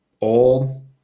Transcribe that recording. old